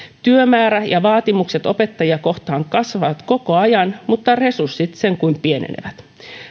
työmäärä ja vaatimukset opettajia kohtaan kasvavat koko ajan mutta resurssit sen kuin pienenevät